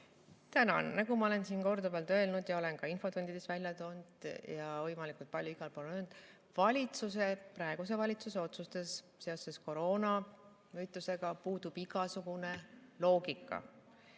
Tänan! Nagu ma olen siin korduvalt öelnud ja ka infotundides välja toonud ja võimalikult palju igal pool mujal öelnud, praeguse valitsuse otsustes seoses koroonaga puudub igasugune loogika.